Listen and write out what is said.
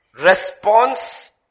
response